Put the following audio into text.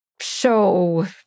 show